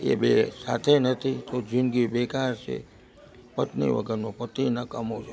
એ બે સાથે નથી તો જિંદગી બેકાર છે પત્ની વગરનો પતિ નકામો છે